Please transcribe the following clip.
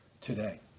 today